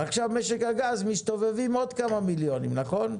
עכשיו במשק הגז מסתובבים עוד כמה מיליונים, נכון?